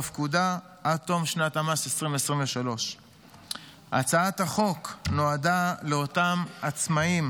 בפקודה עד תום שנת המס 2023. הצעת החוק נועדה לאפשר לאותם עצמאים